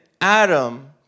Adam